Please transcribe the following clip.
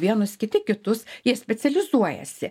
vienus kiti kitus jie specializuojasi